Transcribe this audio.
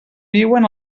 viuen